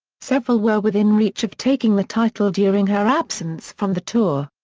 several were within reach of taking the title during her absence from the tour.